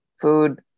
food